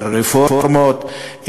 רפורמות,